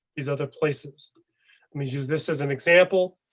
these other places images this as an example.